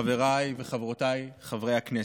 חבריי וחברותיי חברי הכנסת,